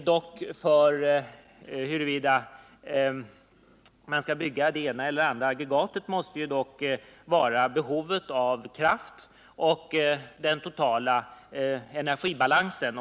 Det avgörande för om man skall bygga det ena eller det andra aggregatet måste dock vara behov av kraft och den totala energibalansen.